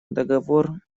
договор